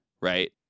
right